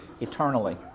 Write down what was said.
eternally